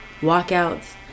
walkouts